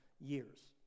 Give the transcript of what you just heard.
years